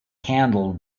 handled